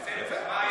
50%. זה מה,